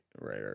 Right